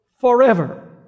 forever